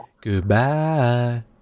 Goodbye